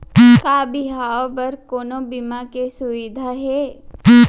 का बिहाव बर कोनो बीमा के सुविधा हे?